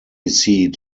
seat